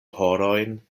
horojn